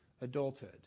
adulthood